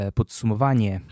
podsumowanie